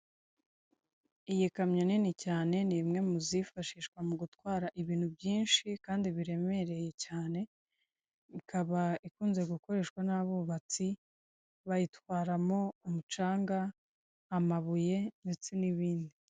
Iyi kamyo nini cyane, ni bimwe mu zifashishwa mu gutwara ibintu byinshi kandi biremereye cyane, ikaba ikunze gukoreshwa n'abubatsi, bayitwaramo umucanga, amabuye ndetse n'ibindi.